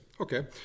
Okay